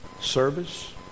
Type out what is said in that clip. service